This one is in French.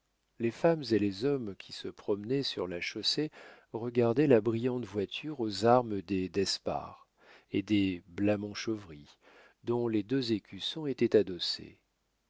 les femmes et les hommes qui se promenaient sur la chaussée regardaient la brillante voiture aux armes des d'espard et des blamont-chauvry dont les deux écussons étaient adossés